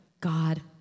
God